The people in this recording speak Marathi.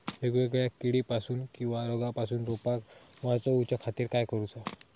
वेगवेगल्या किडीपासून किवा रोगापासून रोपाक वाचउच्या खातीर काय करूचा?